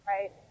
right